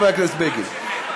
חבר הכנסת בגין,